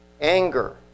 Anger